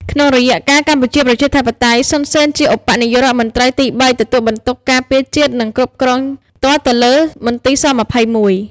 ក្នុងរយៈកាលកម្ពុជាប្រជាធិបតេយ្យ សុន សេន ជាឧបនាយករដ្ឋមន្ត្រីទីបី ទទួលបន្ទុកការពារជាតិ និងគ្រប់គ្រង់ផ្ទាល់ទៅលើមន្ទីរស២១។